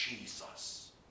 Jesus